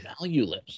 valueless